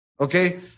Okay